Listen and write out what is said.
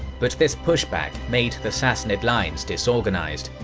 but this push back made the sassanid lines disorganized,